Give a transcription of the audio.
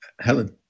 helen